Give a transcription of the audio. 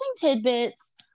tidbits